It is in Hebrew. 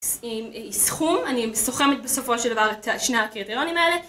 סכום, אני סוכמת בסופו של דבר את שני הקריטרונים האלה